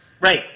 Right